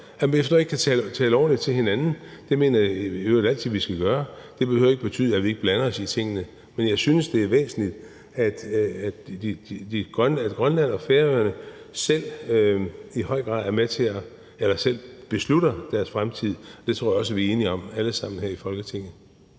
at man ikke kan tale ordentligt til hinanden, for det mener jeg i øvrigt altid vi skal gøre. Det behøver ikke at betyde, at vi ikke blander os i tingene. Men jeg synes, det er væsentligt, at Grønland og Færøerne selv beslutter deres fremtid. Det tror jeg også vi er enige om alle sammen her i Folketinget.